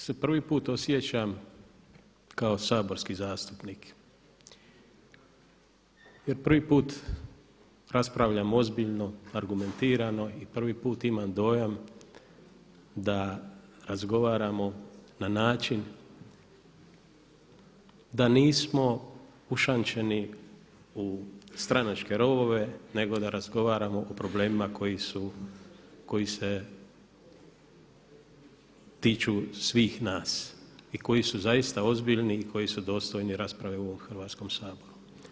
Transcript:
Danas se prvi put osjećam kao saborski zastupnik jer prvi put raspravljamo ozbiljno, argumentirano i prvi put imam dojam da razgovaramo na način da nismo ušančeni u stranačke rovove nego da razgovaramo o problemima koji se tiču svih nas i koji su zaista ozbiljni i koji su dostojni rasprave u ovom Hrvatskom saboru.